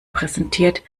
präsentiert